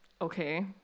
Okay